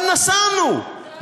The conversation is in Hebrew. אבל נסענו.